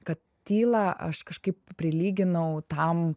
kad tylą aš kažkaip prilyginau tam